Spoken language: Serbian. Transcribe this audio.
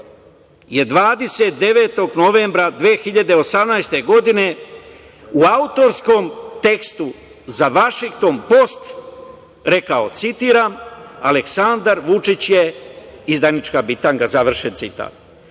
29. novembra 2018. godine u autorskom tekstu za "Vašington post" rekao, citiram: "Aleksandar Vučić je izdajnička bitanga", završen